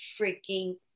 freaking